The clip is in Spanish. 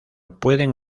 pueden